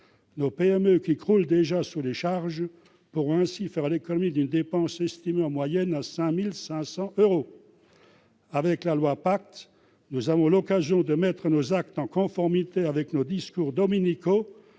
Nos PME, qui croulent sous les charges, pourront ainsi faire l'économie d'une dépense estimée en moyenne à 5 500 euros. Avec le projet de loi PACTE, nous avons l'occasion de mettre nos actes en conformité avec nos discours dominicaux